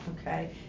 okay